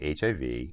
HIV